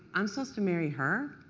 i'm supposed to marry her?